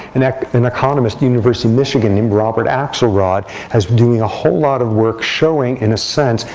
an an economist university michigan named robert axelrod as doing a whole lot of work showing, in a sense,